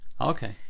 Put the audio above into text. okay